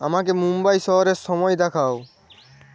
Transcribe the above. আমাকে মুম্বাই শহরের সময় দেখাও